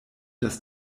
das